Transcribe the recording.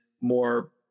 more